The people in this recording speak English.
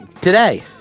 Today